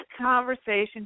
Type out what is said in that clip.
conversation